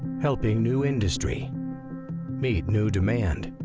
helping new industry meet new demand?